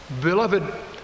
beloved